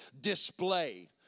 display